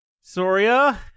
Soria